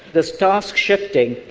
this task shifting,